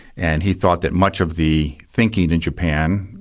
and he thought that much of the thinking in japan,